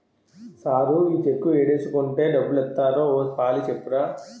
sir ఈ cheque ఏడేసుకుంటే డబ్బులిత్తారో ఓ పాలి సెప్పరూ